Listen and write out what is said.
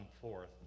forth